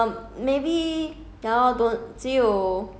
ya lah 有 lah 有 night shift [what] 哪里都有 night shift